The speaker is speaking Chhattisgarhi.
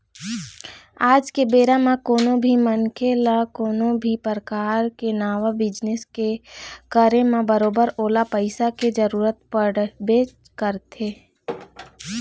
आज के बेरा म कोनो भी मनखे ल कोनो भी परकार के नवा बिजनेस के करे म बरोबर ओला पइसा के जरुरत पड़बे करथे